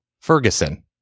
Ferguson